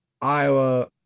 Iowa